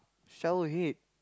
shower head